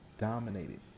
dominated